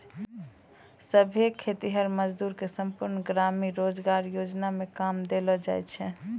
सभै खेतीहर मजदूर के संपूर्ण ग्रामीण रोजगार योजना मे काम देलो जाय छै